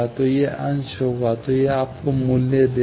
तो यह अंश होगा तो यह आपको मूल्य देगा